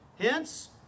hence